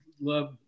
love